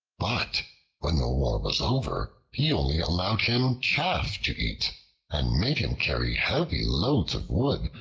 but when the war was over, he only allowed him chaff to eat and made him carry heavy loads of wood,